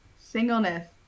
Singleness